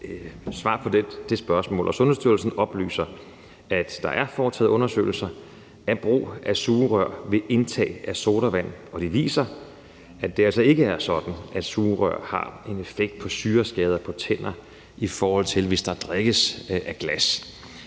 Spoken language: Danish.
svar på det spørgsmål. Sundhedsstyrelsen oplyser, at der er foretaget undersøgelser af brug af sugerør ved indtag af sodavand, og de viser, at det altså ikke er sådan, at sugerør har en effekt på syreskader på tænder, i forhold til hvis der drikkes af glas.